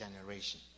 generation